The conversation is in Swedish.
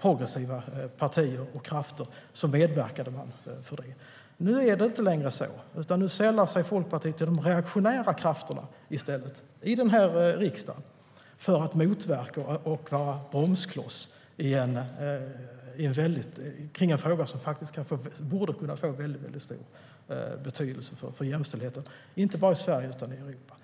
progressiva partier och krafter medverkade man för att göra det. Nu är det inte längre så, utan nu sällar sig Folkpartiet i stället till de reaktionära krafterna i den här riksdagen för att vara bromskloss i en fråga som borde kunna få en mycket stor betydelse för jämställdheten, inte bara i Sverige utan i hela Europa.